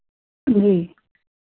जी